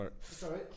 Sorry